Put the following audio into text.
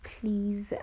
please